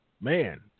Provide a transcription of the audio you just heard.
man